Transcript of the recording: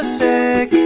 sick